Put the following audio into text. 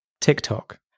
TikTok